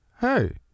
Hey